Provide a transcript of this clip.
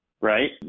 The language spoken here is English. right